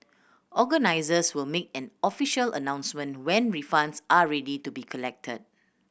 organisers will make an official announcement when refunds are ready to be collected